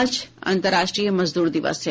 आज अन्तर्राष्ट्रीय मजदूर दिवस है